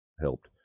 helped